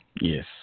Yes